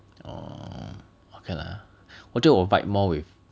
orh okay lah 我觉得我 vibe more with